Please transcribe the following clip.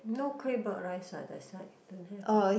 no claypot rice what that side don't have ah